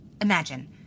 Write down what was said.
Imagine